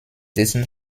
dessen